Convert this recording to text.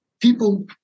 people